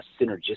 synergistic